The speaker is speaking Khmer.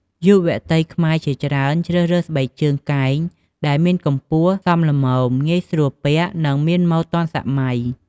យុវតីខ្មែរជាច្រើនជ្រើសរើសស្បែកជើងកែងដែលមានកម្ពស់សមល្មម ងាយស្រួលពាក់ និងមានម៉ូដទាន់សម័យ។